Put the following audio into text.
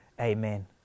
Amen